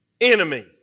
enemy